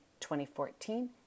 2014